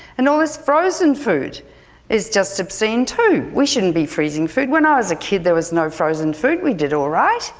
and all this frozen food is just obscene too! we shouldn't be freezing food, when i was a kid there was no frozen food we did alright.